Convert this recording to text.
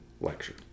lecture